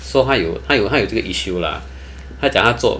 so 他有他有他有这个 issue lah 他讲他做